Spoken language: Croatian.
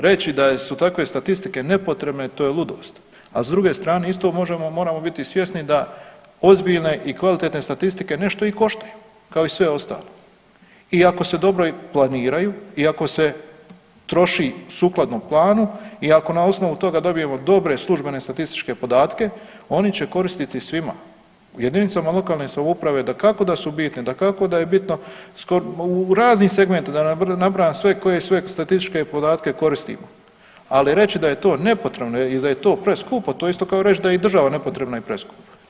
Reći da su takve statistike nepotrebne to je ludost, a s druge strane isto možemo, moramo biti svjesni da ozbiljne i kvalitetne statistike nešto i koštaju, kao i sve ostale i ako se dobro planiraju i ako se troši sukladno planu i ako na osnovu toga dobijemo dobre službene statističke podatke oni će koristiti svima, JLS dakako da su bitni, dakako da je bitno u raznim segmentima da ne nabrajam sve koje sve statističke podatke koristimo, ali reći da je to nepotrebno i da je to preskupo to je isto kao reć da je i država nepotrebna i preskupa.